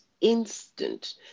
instant